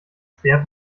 schwer